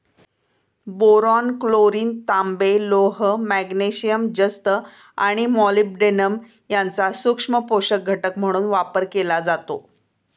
boron, chlorine, तांबे, लोह, magnesium, जस्त आणि मॉलिब्डेनम यांचा सूक्ष्म पोषक घटक म्हणून वापर केला जातो